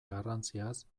garrantziaz